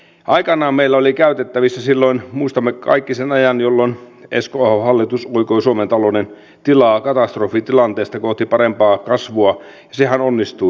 aikanaan meillä oli käytettävissä silloin muistamme kaikki sen ajan jolloin esko ahon hallitus oikoi suomen talouden tilaa katastrofitilanteesta kohti parempaa kasvua ja sehän onnistui